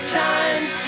times